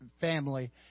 family